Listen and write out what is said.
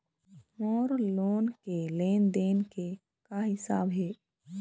मोर loan के लेन देन के का हिसाब हे?